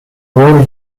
rôle